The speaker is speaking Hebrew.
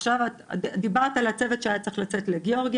עכשיו את דיברת על הצוות שהיה צריך לצאת לגיאורגיה,